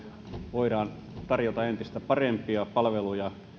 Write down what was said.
voidaan tarjota entistä parempia palveluja